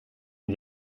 une